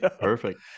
perfect